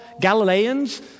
Galileans